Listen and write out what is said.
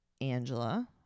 Angela